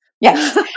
Yes